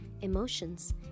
emotions